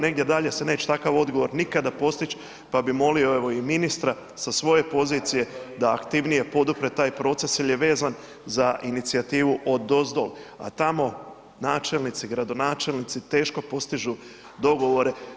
Negdje dalje se neće takav odgovor nikad postić pa bi molio i ministra sa svoje pozicije da aktivnije podupre taj proces jel je vezan za inicijativu odozol, a tamo načelnici, gradonačelnici teško postižu dogovore.